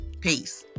peace